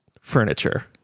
Furniture